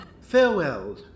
Farewell